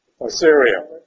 Assyria